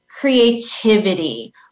creativity